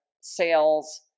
sales